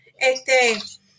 Este